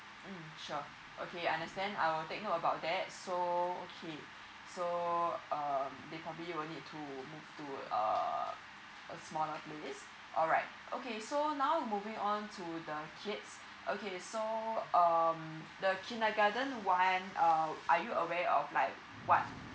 um sure okay understand I'll take note about that so okay so um they probably will need to move to uh a smaller place alright okay so now moving on to the kids okay so um the kindergarten one uh are you aware of like what